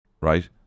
right